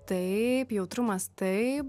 taip jautrumas taip